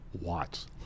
watts